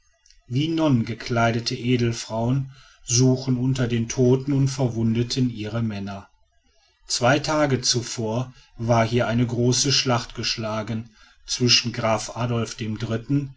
wie nonnen gekleidete edelfrauen suchen unter den toten und verwundeten ihre männer zwei tage zuvor war hier eine große schlacht geschlagen zwischen graf adolf dem dritten